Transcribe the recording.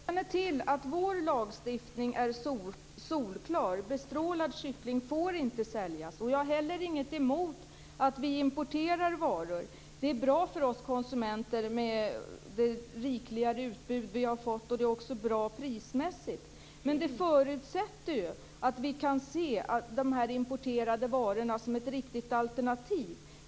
Fru talman! Jag känner till att vår lagstiftning är solklar. Bestrålad kyckling får inte säljas. Jag har inte heller någonting emot att vi importerar varor. Det är bra för oss konsumenter med det rikligare utbud som vi har fått tillgång till, och det är också bra prismässigt. Men det förutsätter ju att vi kan se de importerade varorna som ett vettigt alternativ.